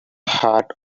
heart